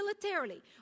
militarily